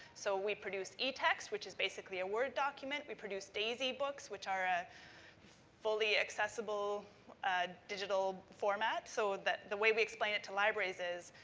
so, we produced etext, which is basically a word document. we produce daisy books, which are a fully accessible ah digital format. so, the the way we explain it to libraries is,